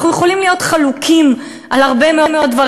אנחנו יכולים להיות חלוקים על הרבה מאוד דברים.